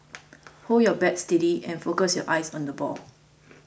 hold your bat steady and focus your eyes on the ball